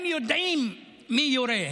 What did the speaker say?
הם יודעים מי יורה,